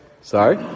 Sorry